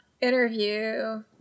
Interview